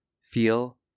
feel